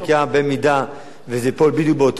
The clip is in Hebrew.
אז הבחירות לרשויות המקומיות יידחו בכמה חודשים,